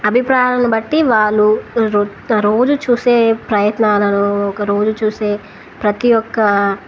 అభిప్రాయాలను బట్టి వాళ్ళు ర రోజు చూసే ప్రయత్నాలను ఒక రోజు చూసే ప్రతి ఒక్క